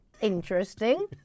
interesting